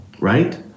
right